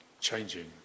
changing